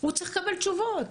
הוא צריך לקבל תשובות,